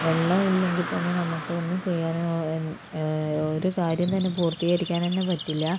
വെളളം ഇല്ലെങ്കിൽ തന്നെ നമുക്കൊന്നും ചെയ്യാനോ ഒരു കാര്യം തന്നെ പൂർത്തീകരിക്കാൻ തന്നെ പറ്റില്ല